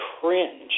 cringe